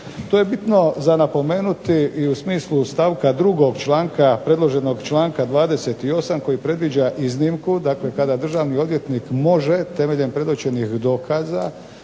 To je bitno za napomenuti i u smislu stavka 2. članka, predloženog članka 28. koji predviđa iznimku, dakle kada državni odvjetnik može temeljem predočenih dokaza